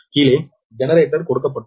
கீழே ஜெனரேட்டர் கொடுக்கப்பட்டுள்ளது